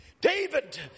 David